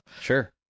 Sure